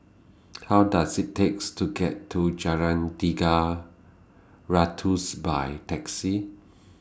How Does IT takes to get to Jalan Tiga Ratus By Taxi